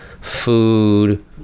food